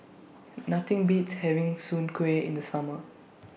Nothing Beats having Soon Kuih in The Summer